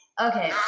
Okay